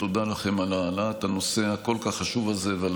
תודה לכם על העלאת הנושא הכל-כך חשוב הזה ועל